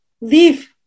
leave